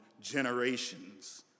generations